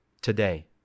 today